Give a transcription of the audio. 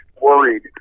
worried